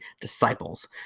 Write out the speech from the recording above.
disciples